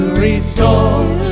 restore